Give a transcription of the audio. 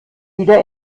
wieder